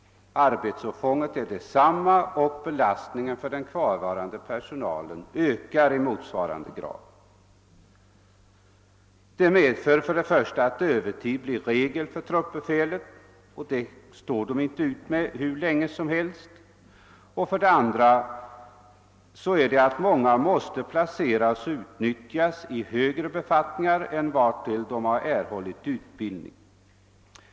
Arbetsomfånget är detsamma, och belastningen för den kvarvarande personalen. ökar i motsvarande grad, som antalet befäl sjunker. duger Detta medför för det första att övertid blir regel för truppbefälen, vilket de inte står ut med hur länge som helst, och för det andra att många måste placeras och utnyttjas i. högre befattningar än de erhållit utbildning för.